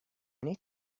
need